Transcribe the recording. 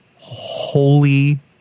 Holy